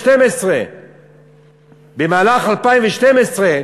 2012. במהלך 2012,